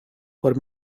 for